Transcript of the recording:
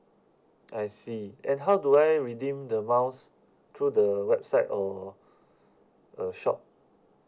I see and how do I redeem the miles through the website or a shop